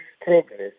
progress